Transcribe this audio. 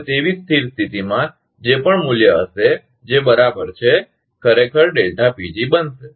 હવે તેથી જ સ્થિર સ્થિતિમાં જે પણ મૂલ્ય હશે જે બરાબર છે ખરેખર બનશે